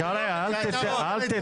(חבר הכנסת איתמר בן גביר יוצא מאולם הוועדה) ווליד,